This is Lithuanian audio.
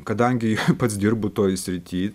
kadangi pats dirbu toj srity